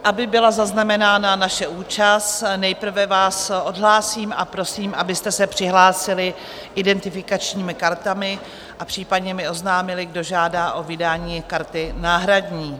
Aby byla zaznamenána naše účast, nejprve vás odhlásím a prosím, abyste se přihlásili identifikačními kartami a případně mi oznámili, kdo žádá o vydání karty náhradní.